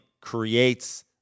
creates